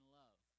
love